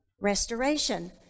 Restoration